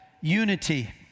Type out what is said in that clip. unity